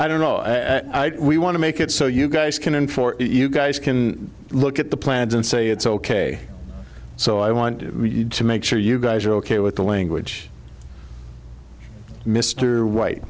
i don't know we want to make it so you guys can and for you guys can look at the plans and say it's ok so i want to make sure you guys are ok with the language mr white